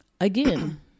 again